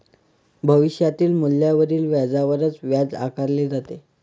भविष्यातील मूल्यावरील व्याजावरच व्याज आकारले जाते